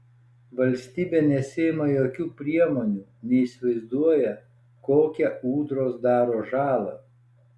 valstybė nesiima jokių priemonių neįsivaizduoja kokią ūdros daro žalą